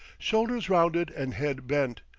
shoulders rounded and head bent,